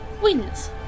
wins